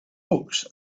books